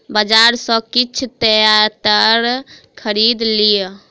बजार सॅ किछ तेतैर खरीद लिअ